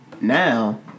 Now